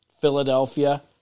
Philadelphia